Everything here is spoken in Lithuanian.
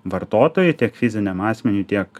vartotojui tiek fiziniam asmeniui tiek